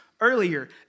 earlier